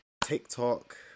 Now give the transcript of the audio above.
TikTok